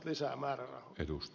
arvoisa puhemies